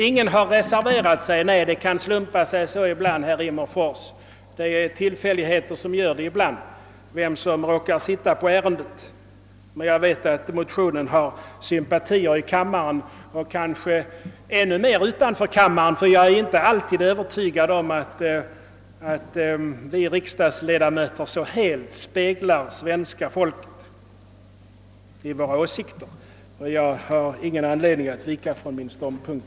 Ingen har reserverat sig, säger herr Rimmerfors. Nej, det kan slumpa sig så ibland; det kan vara tillfälligheter som spelar in i sådana sammanhang! Men jag vet att motionen har sympatier i kammaren och kanske ännu mer utanför kammaren — jag är inte övertygad om att vi kammarledamöter alltid så helt riktigt avspeglar uppfattningen hos det svenska folket. Herr talman! Jag har ingen anledning att vika från min ståndpunkt.